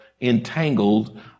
entangled